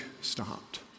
stopped